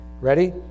Ready